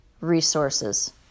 resources